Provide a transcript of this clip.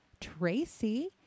Tracy